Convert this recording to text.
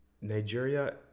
nigeria